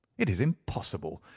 it is impossible!